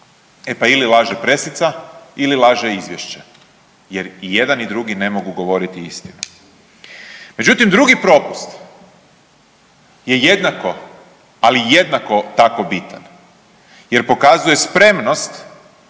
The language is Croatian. E pa, ili laže presica ili laže Izvješće, jer i jedan i drugi ne mogu govoriti istinu. Međutim, drugi propust je jednako, ali jednako tako bitan, jer pokazuje spremnost